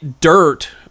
dirt